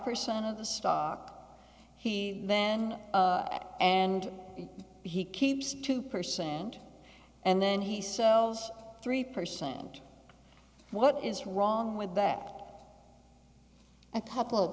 percent of the stock he then and he keeps two percent and then he so three percent what is wrong with that a couple of